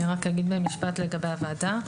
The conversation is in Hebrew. אני רק אגיד במשפט לגבי הוועדה.